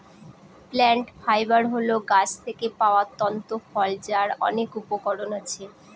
plant fibre হল গাছ থেকে পাওয়া তন্তু ফল যার অনেক উপকরণ আছে